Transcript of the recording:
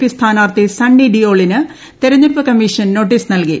P സ്ഥാനാർത്ഥി സണ്ണി ഡിയോളിന്റ് തെരഞ്ഞെടുപ്പ് കമ്മീഷൻ നോട്ടീസ് നൽകി